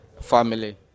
family